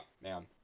man